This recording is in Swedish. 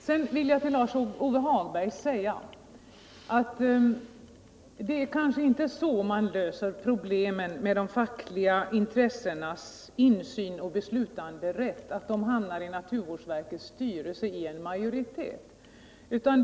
Sedan vill jag till Lars-Ove Hagberg säga att man kanske inte löser problemen med facklig insyn och beslutanderätt genom att de fackliga representanterna får majoritet i naturvårdsverkets styrelse.